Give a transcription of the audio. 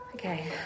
okay